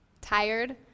tired